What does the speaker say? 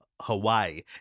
Hawaii